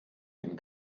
den